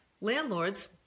landlords